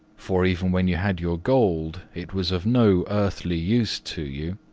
for even when you had your gold it was of no earthly use to you.